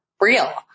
real